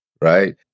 right